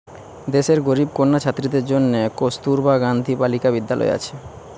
দেশের গরিব কন্যা ছাত্রীদের জন্যে কস্তুরবা গান্ধী বালিকা বিদ্যালয় আছে